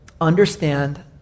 understand